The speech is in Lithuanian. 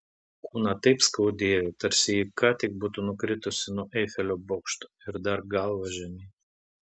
kūną taip skaudėjo tarsi ji ką tik būtų nukritusi nuo eifelio bokšto ir dar galva žemyn